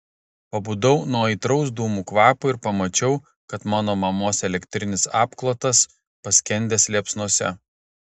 pabudau nuo aitraus dūmų kvapo ir pamačiau kad mano mamos elektrinis apklotas paskendęs liepsnose